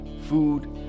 food